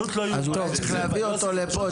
אז אולי צריך להביא אותו לפה.